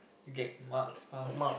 you get marks pass